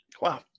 Wow